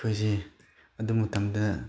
ꯑꯩꯈꯣꯏꯁꯤ ꯑꯗꯨ ꯃꯇꯝꯗ